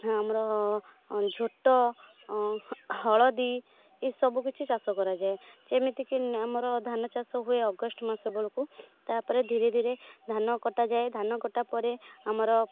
ହଁ ଆମର ଝୋଟ ହଳଦୀ ଏସବୁ କିଛି ଚାଷ କରାଯାଏ ଯେମିତିକି ଆମର ଧାନଚାଷ ହୁଏ ଅଗଷ୍ଟ ମାସ ବେଳକୁ ତାପରେ ଧୀରେ ଧୀରେ ଧାନ କଟାଯାଏ ଧାନ କଟା ପରେ ଆମର